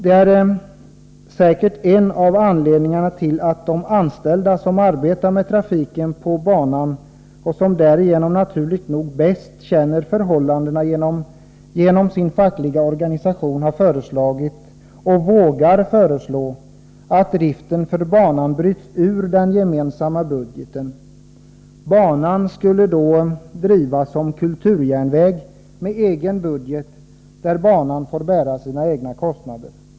Det är säkert en av anledningarna till att de anställda, som arbetar med trafiken på banan och som därigenom naturligt nog bäst känner till förhållandena, genom sin fackliga organisation har föreslagit och vågar föreslå att driften för banan bryts ur den gemensamma budgeten. Banan skulle då drivas som kulturjärnväg med egen budget, där banan får bära sina egna kostnader.